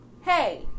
Hey